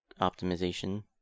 optimization